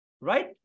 Right